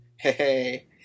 Hey